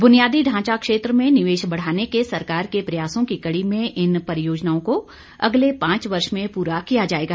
बुनियादी ढांचा क्षेत्र में निवेश बढ़ाने के सरकार के प्रयासों की कड़ी में इन परियोजनाओं को अगले पांच वर्ष में पूरा किया जाएगा